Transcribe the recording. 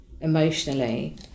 emotionally